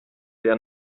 der